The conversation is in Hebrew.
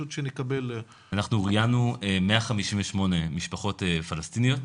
אנחנו ראיינו 158 משפחות פלסטיניות,